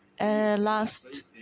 last